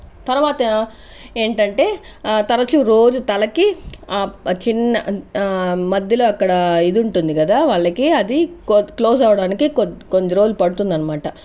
తర్వాత ఏంటంటే తరచూ రోజు తలకి చిన్న మధ్యలో అక్కడ ఇది ఉంటుంది కదా వాళ్లకి అది క్లోజ్ అవ్వడానికి కొద్ది కొద్ది రోజులు పడుతుంది అనమాట